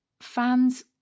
fans